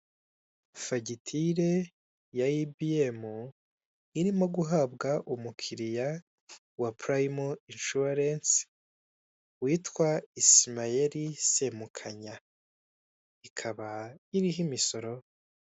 Fagitire ya Ibiyemu irimo guhabwa umukiriya wa Purayime inshuwarensi witwa Isameyeli Semukanya, ikaba iriho imisoro